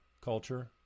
culture